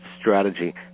strategy